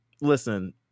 listen